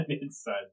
inside